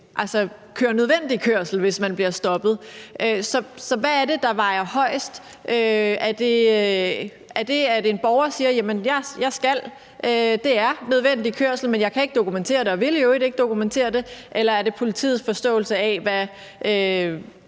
man kører nødvendig kørsel, hvis man bliver stoppet. Så hvad er det, der vejer tungest? Er det, at en borger siger: Det er nødvendig kørsel, men jeg kan ikke dokumentere det og vil i øvrigt ikke dokumentere det? Eller er det politiets forståelse af, hvad